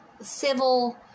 civil